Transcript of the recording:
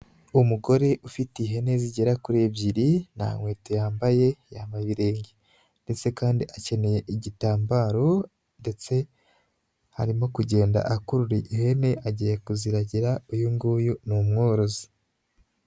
Umugore ufite ihene zigera kuri ebyiri, nta nkweto yambaye, yambaye ibirenge. Ndetse kandi akeneye igitambaro ndetse arimo kugenda akurura ihene agiye kuziragira, uyu nguyu ni umworozi.